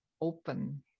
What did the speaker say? open